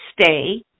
stay